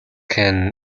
can